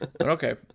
Okay